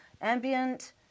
ambient